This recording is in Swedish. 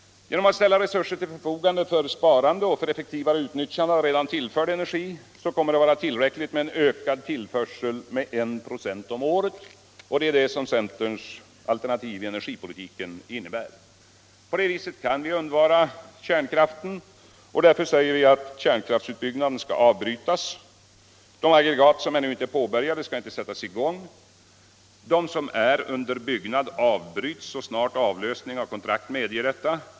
Genom att ställa re surser till förfogande för sparande och för effektivare utnyttjande av redan tillförd energi kommer det att vara tillräckligt med en ökad tillförsel med en procent om året, och det är vad centerns alternativ i energipolitiken innebär. På det viset kan vi undvara kärnkraften, och därför säger vi att kärnkraftsutbyggnaden skall avbrytas. De aggregat som ännu inte är påbörjade skall inte sättas i gång. De som är under byggnad avbryts så snart avlösning av kontrakt medger detta.